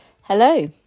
Hello